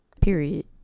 Period